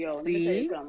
See